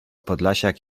podlasiak